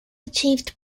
achieved